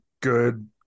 good